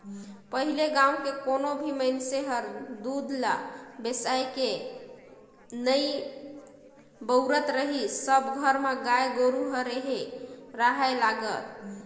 पहिले गाँव के कोनो भी मइनसे हर दूद ल बेसायके नइ बउरत रहीस सबे घर म गाय गोरु ह रेहे राहय लगत